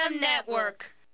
network